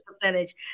percentage